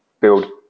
build